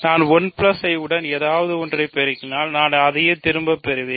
நான் 1I உடன் ஏதாவது பெருக்கினால் நான் அதை திரும்பப் பெறுவேன்